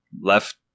Left